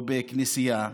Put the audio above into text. או כנסייה,